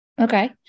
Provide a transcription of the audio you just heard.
Okay